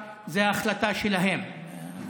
זו החלטה שלהם,